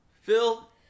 Phil